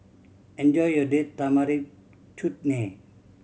enjoy your Date Tamarind Chutney